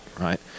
right